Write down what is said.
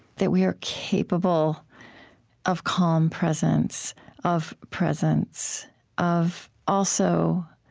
that we are capable of calm presence of presence of, also,